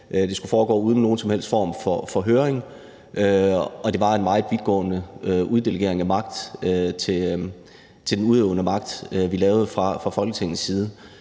så hurtigt og uden nogen som helst form for høring. Og det var en meget vidtgående uddelegering af magt til den udøvende magt, vi vedtog fra Folketingets side.